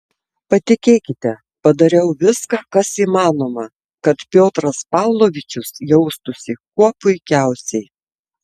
patikėkite padariau viską kas įmanoma kad piotras pavlovičius jaustųsi kuo puikiausiai